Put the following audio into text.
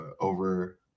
over